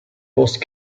post